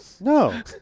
No